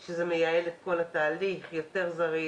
מה שמייעל את כל התהליך והוא יותר מהיר,